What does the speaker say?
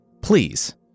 Please